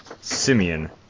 Simeon